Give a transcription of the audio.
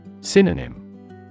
Synonym